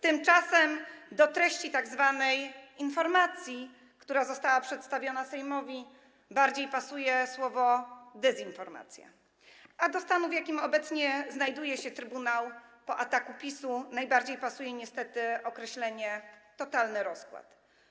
Tymczasem do treści tzw. informacji, która została przedstawiona Sejmowi, bardziej pasuje słowo „dezinformacja”, a do stanu, w jakim obecnie znajduje się trybunał po ataku PiS-u, najbardziej pasuje niestety określenie „totalny rozkład”